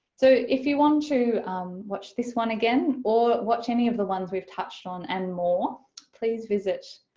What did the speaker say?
so if you want to watch this one again or watch any of the ones we've touched on and more please visit